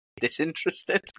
disinterested